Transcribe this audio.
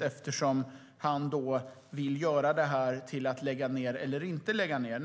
eftersom han vill att diskussionen ska handla om att lägga ned eller inte lägga ned.